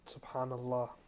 Subhanallah